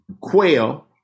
Quail